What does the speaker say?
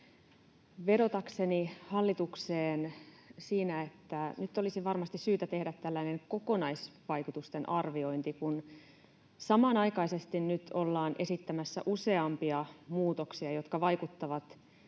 vedotakseni hallitukseen siinä, että nyt olisi varmasti syytä tehdä tällainen kokonaisvaikutusten arviointi, kun samanaikaisesti ollaan esittämässä useampia muutoksia, jotka vaikuttavat